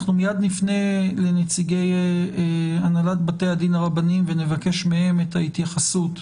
אנחנו מיד לפני לנציגי הנהלת בתי הדין הרבניים ונבקש מהם את ההתייחסות